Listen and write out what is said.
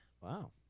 Wow